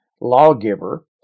lawgiver